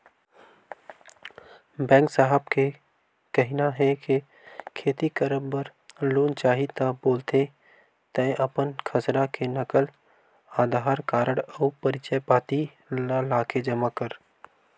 bank साहेब के कहिना हे के खेती करब बर लोन चाही ता बोलथे तंय अपन खसरा के नकल, अधार कारड अउ परिचय पाती ल लाके जमा कर